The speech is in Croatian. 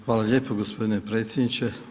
Hvala lijepo gospodine predsjedniče.